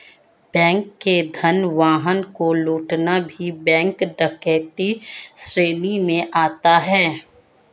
bank के धन वाहन को लूटना भी बैंक डकैती श्रेणी में आता है